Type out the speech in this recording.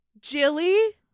Jilly